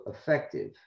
effective